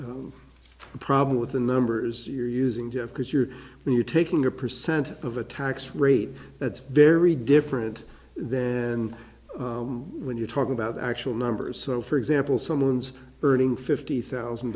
of a problem with the numbers you're using jeff because you're when you're taking a percent of a tax rate that's very different then when you talk about actual numbers so for example someone's earning fifty thousand